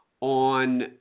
on